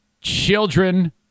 children